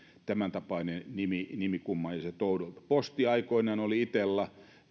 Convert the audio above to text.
tämäntapainen nimi nimi kummalliselta oudolta posti aikoinaan oli itella